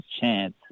chance